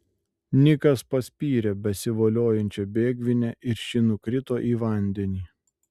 nikas paspyrė besivoliojančią bėgvinę ir ši nukrito į vandenį